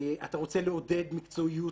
אתה רוצה לעודד מקצועיות,